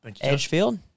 Edgefield